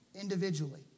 Individually